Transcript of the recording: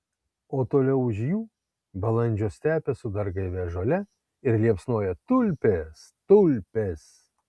o toliau už jų balandžio stepė su dar gaivia žalia žole ir liepsnoja tulpės tulpės